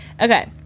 Okay